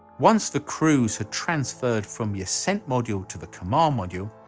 once the crews had transferred from the ascent module to the command module,